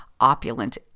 opulent